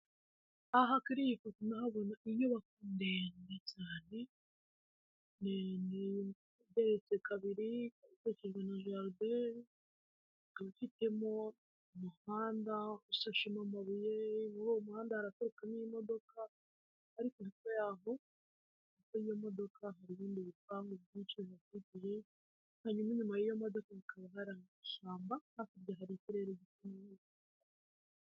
Aha kuri iyi foto ndahabona inyubako ndende cyane, ndende igeretse kabiri ikaba ikikijwe na jaride ikaba ifitemo umuhanda ushashemo amabuye muri uwo muhanda haraturukamo imodoka ariko hepfo yaho y'iyo modoka hari ibindi bipangu byinshi biyikikije, hanyuma inyuma y'iyo modoka hakaba hari amashyamba, hakurya hari ikirere gifunguye.